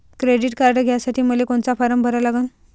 Credit card घ्यासाठी मले कोनचा फारम भरा लागन?